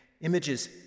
Images